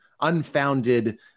unfounded